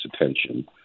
attention